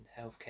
healthcare